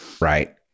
right